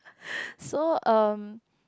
so um